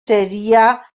seria